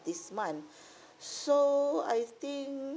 this month so I think